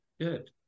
Good